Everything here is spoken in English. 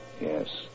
Yes